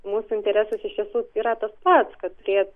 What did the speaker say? mūsų interesas iš tiesų yra tas pats kad turėt